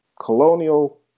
colonial